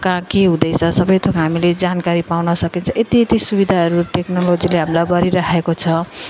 कहाँ के हुँदैछ सबथोक हामीले जानकारी पाउन सकिन्छ यति यति सुविधाहरू टेक्नोलोजीले हामीलाई गरिराखेको छ